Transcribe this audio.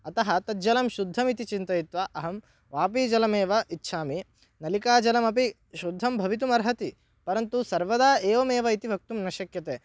अतः तत् जलं शुद्धम् इति चिन्तयित्वा अहं वापीजलमेव इच्छामि नलिकाजलमपि शुद्धं भवितुमर्हति परन्तु सर्वदा एवमेव इति वक्तुं न शक्यते